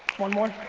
one more.